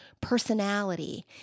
personality